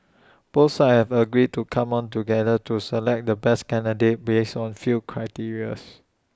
both sides have agreed to come on together to select the best candidates based on few criteria